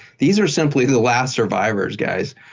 these are simply the last survivors, guys.